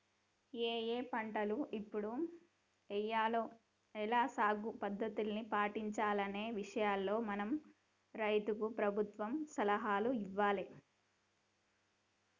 ఏఏ పంటలు ఎప్పుడు ఎయ్యాల, ఎలా సాగు పద్ధతుల్ని పాటించాలనే విషయాల్లో మన రైతులకు ప్రభుత్వం సలహాలు ఇయ్యాలే